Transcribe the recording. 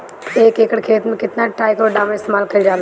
एक एकड़ खेत में कितना ट्राइकोडर्मा इस्तेमाल कईल जाला?